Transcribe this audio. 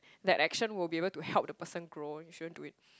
that action will be able to help the person grow you shouldn't do it